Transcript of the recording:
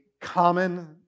common